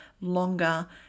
longer